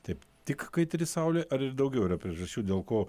taip tik kaitri saulė ar ir daugiau yra priežasčių dėl ko